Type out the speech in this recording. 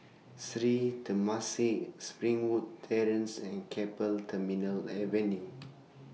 Sri Temasek Springwood Terrace and Keppel Terminal Avenue